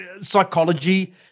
psychology